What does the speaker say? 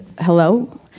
Hello